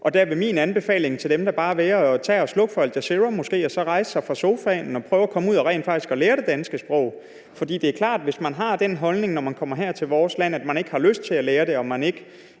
Og der vil min anbefaling til dem da måske bare være at tage at slukke for Al Jazeera og så rejse sig fra sofaen og prøve at komme ud og rent faktisk lære det danske sprog. For det er klart, at hvis man har den holdning, når man kommer her til vores land, at man ikke har lyst til at lære det danske